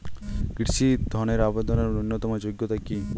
কৃষি ধনের আবেদনের ন্যূনতম যোগ্যতা কী?